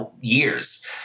years